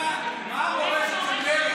מה המורשת של מרצ,